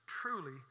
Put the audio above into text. Truly